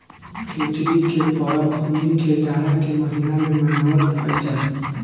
खिचड़ी के परब हमनी के जाड़ा के महिना में मनावत हई जा